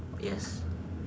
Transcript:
yes